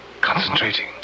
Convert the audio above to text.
Concentrating